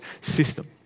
system